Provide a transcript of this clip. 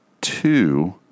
two